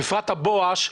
ובפרט הבואש,